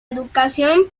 educación